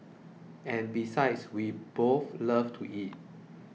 and besides we both love to eat